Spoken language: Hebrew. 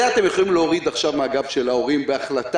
את זה אתם יכולים להוריד עכשיו מן הגב של ההורים בהחלטה.